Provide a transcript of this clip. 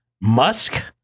Musk